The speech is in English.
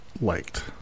liked